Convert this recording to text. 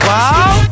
Wow